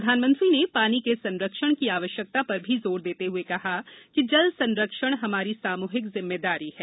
प्रधानमंत्री ने पानी के संरक्षण की आवश्यकता पर भी जोर देते हुए कहा कि जल संरक्षण हमारी सामूहिक जिम्मेदारी है